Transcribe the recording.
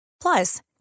Plus